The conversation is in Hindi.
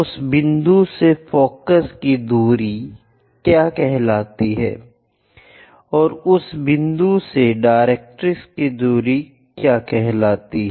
उस बिंदु से फोकस की दूरी क्या है और उस बिंदु से डायरेक्ट्रिक्स की दूरी क्या है